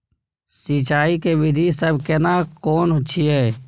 सिंचाई के विधी सब केना कोन छिये?